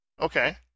Okay